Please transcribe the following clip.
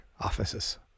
Offices